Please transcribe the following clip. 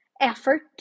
effort